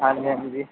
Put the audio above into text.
ਹਾਂਜੀ ਹਾਂਜੀ ਜੀ